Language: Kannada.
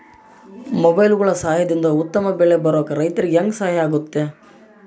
ಮೊಬೈಲುಗಳ ಸಹಾಯದಿಂದ ಉತ್ತಮ ಬೆಳೆ ಬರೋಕೆ ರೈತರಿಗೆ ಹೆಂಗೆ ಸಹಾಯ ಆಗುತ್ತೆ?